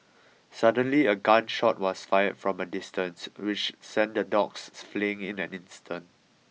suddenly a gun shot was fired from a distance which sent the dogs fleeing in an instant